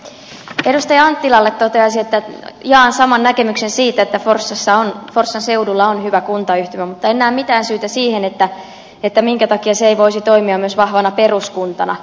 edustaja anttilalle toteaisin että jaan saman näkemyksen siitä että forssan seudulla on hyvä kuntayhtymä mutta en näe mitään syytä siihen minkä takia se ei voisi toimia myös vahvana peruskuntana